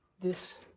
this